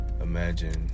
imagine